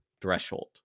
threshold